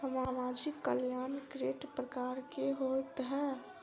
सामाजिक कल्याण केट प्रकार केँ होइ है?